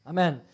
Amen